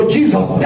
Jesus